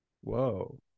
whoa